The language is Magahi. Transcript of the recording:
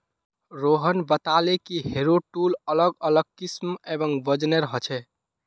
रोहन बताले कि हैरो टूल अलग अलग किस्म एवं वजनेर ह छे